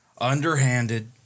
underhanded